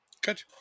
Good